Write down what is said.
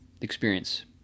experience